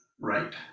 right